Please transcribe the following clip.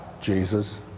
Jesus